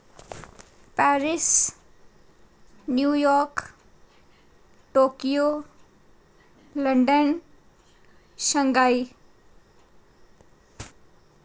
Paris New York Paris Tokyo London